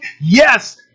yes